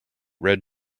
red